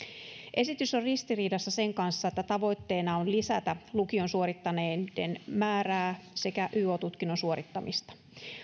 esitys on ristiriidassa sen kanssa että tavoitteena on lisätä lukion suorittaneiden määrää sekä yo tutkinnon suorittamista